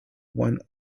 one